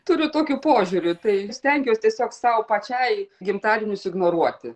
turiu tokiu požiūriu tai stengiuos tiesiog sau pačiai gimtadienius ignoruoti